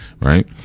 right